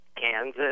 Kansas